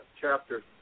chapter